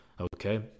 okay